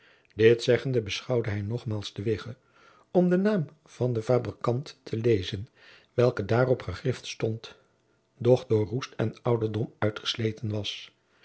dit zeggende beschouwde hij nogmaals de wigge om den naam van den fabriekant te lezen welke daarop gegrift stond doch door roest en ouderdom uitgesleten was